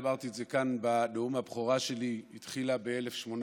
אמרתי את זה כאן בנאום הבכורה שלי, התחילה ב-1830,